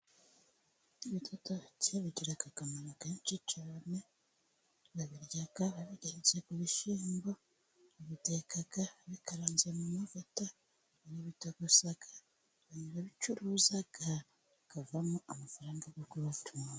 Ibidodoki bigira akamaro kenshi cyane, babirya babigeretse ku bishyimbo, babiteka bikaranze mu mavuta, barabitogosa, bakabicuruza hakavamo amafaranga yo kubatunga.